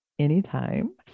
anytime